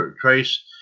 trace